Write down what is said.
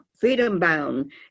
freedom-bound